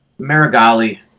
Marigali